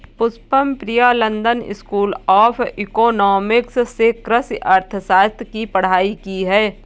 Pushpam Priya London school of economics से कृषि अर्थशास्त्र की पढ़ाई की है